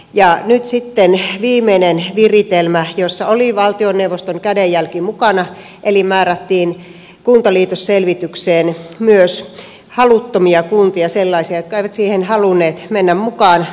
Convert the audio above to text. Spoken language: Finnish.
nyt sitten viimeisessä viritelmässä jossa oli valtioneuvoston kädenjälki mukana määrättiin kuntaliitosselvitykseen myös haluttomia kuntia sellaisia jotka eivät siihen halunneet mennä mukaan